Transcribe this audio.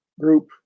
group